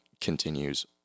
continues